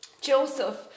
Joseph